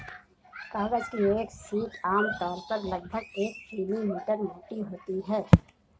कागज की एक शीट आमतौर पर लगभग एक मिलीमीटर मोटी होती है